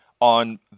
on